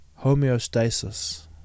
homeostasis